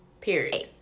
period